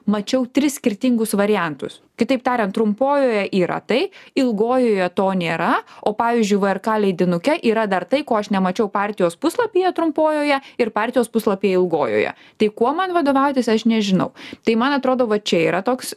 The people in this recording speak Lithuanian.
mačiau tris skirtingus variantus kitaip tariant trumpojoje yra tai ilgojoje to nėra o pavyzdžiui vrk leidinuke yra dar tai ko aš nemačiau partijos puslapyje trumpojoje ir partijos puslapyje ilgojoje tai kuo man vadovautis aš nežinau tai man atrodo va čia yra toks